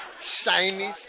Shiny